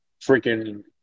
freaking